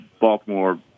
Baltimore